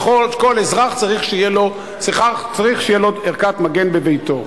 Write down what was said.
שכל אזרח צריך שתהיה לו ערכת מגן בביתו.